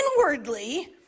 inwardly